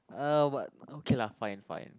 uh what okay lah fine fine